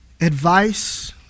advice